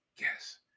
Yes